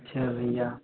अच्छा भैया